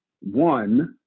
One